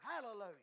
Hallelujah